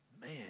Man